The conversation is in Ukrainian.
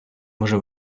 може